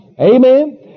Amen